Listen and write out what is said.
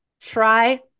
Try